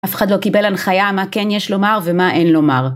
אף אחד לא קיבל הנחיה מה כן יש לומר ומה אין לומר.